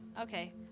Okay